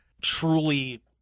truly